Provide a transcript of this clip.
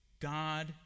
God